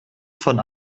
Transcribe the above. von